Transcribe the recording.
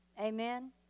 Amen